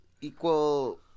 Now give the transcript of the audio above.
equal